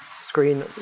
screen